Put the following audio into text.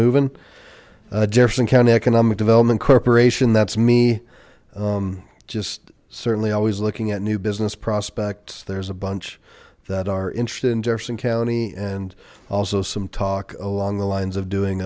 moving jefferson county economic development corporation that's me just certainly always looking at new business prospects there's a bunch that are interested in jefferson county and also some talk along the lines of